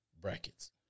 brackets